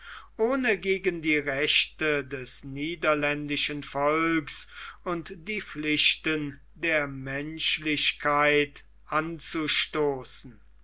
ohne gegen die rechte des niederländischen volks und die pflichten der menschlichkeit anzustoßen